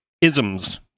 isms